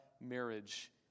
marriage